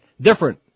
Different